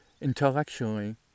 intellectually